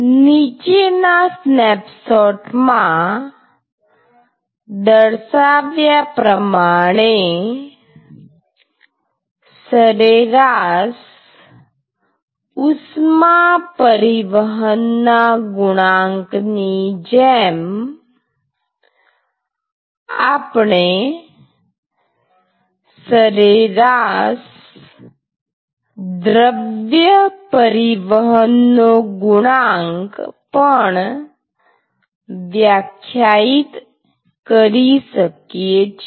નીચેના સ્નેપશોટ માં દર્શાવ્યા પ્રમાણે સરેરાશ ઉષ્મા પરિવહનના ગુણાંક ની જેમ આપણે સરેરાશ દ્રવ્ય પરિવહનનો ગુણાંક પણ વ્યાખ્યાયિત કરી શકીએ છીએ